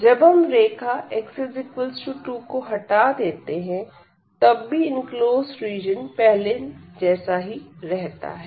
तो जब हम रेखा x2 को हटा देते हैं तब भी इनक्लोज्ड रीजन पहले जैसा ही रहता है